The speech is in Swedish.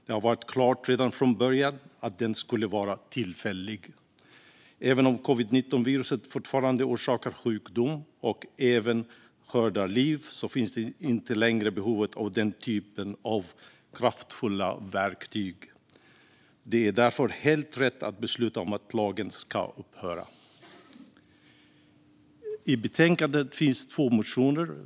Det har varit klart redan från början att den skulle vara tillfällig. Även om covid-19-viruset fortfarande orsakar sjukdom och även skördar liv finns det inte längre behov av den typen av kraftfulla verktyg. Det är därför helt rätt att besluta om att lagen ska upphöra. I betänkandet finns två reservationer.